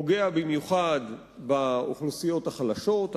שפוגע במיוחד באוכלוסיות החלשות,